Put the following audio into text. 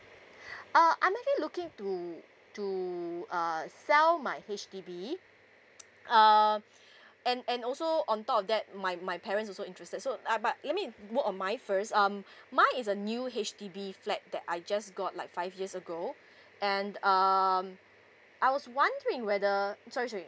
uh I'm actually looking to to err sell my H_D_B um and and also on top of that my my parents also interested so uh but let me work on mine first um mine is a new H_D_B flat that I just got like five years ago and um I was wondering whether uh sorry sorry